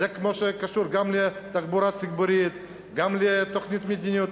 זה כמו מה שקשור לתחבורה הציבורית וגם לתוכנית מדיניות.